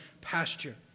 pasture